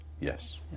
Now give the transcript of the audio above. Yes